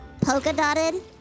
Polka-dotted